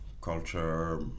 culture